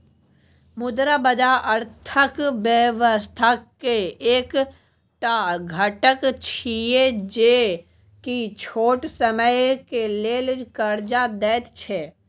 मुद्रा बाजार अर्थक व्यवस्था के एक टा घटक छिये जे की छोट समय के लेल कर्जा देत छै